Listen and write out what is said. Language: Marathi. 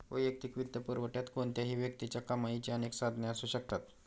वैयक्तिक वित्तपुरवठ्यात कोणत्याही व्यक्तीच्या कमाईची अनेक साधने असू शकतात